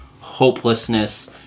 hopelessness